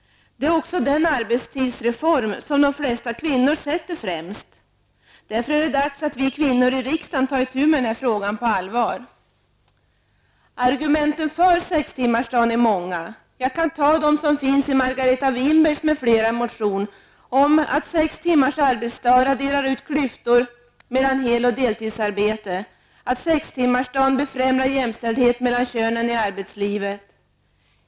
Det är också den arbetstidsreform som de flesta kvinnor sätter främst. Därför är det dags att vi kvinnor i riksdagen tar itu med den här frågan på allvar. Argumenten för sextimmarsdagen är många, och jag kan nämna de argument som finns i Margareta Winbergs m.fl. motion om att sex timmars arbetsdag raderar ut klyftan mellan hel och deltidsarbete och att sextimmarsdagen befrämjar jämställdhet mellan könen i arbetslivet.